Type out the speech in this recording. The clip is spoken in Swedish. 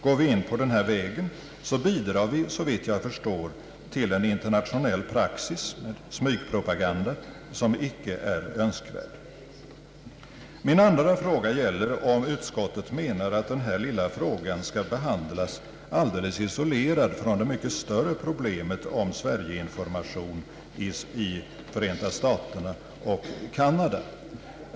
Går vi in på den nu föreslagna vägen bidrar vi, såvitt jag förstår, till en internationell praxis med smygpropaganda som icke är önskvärd. Min andra fråga gäller, om utskottet menar att detta lilla ärende skall behandlas helt isolerat från det mycket större problemet om Sverige-information i Förenta staterna och Canada.